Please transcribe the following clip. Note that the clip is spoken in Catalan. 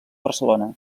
barcelona